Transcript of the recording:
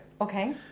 Okay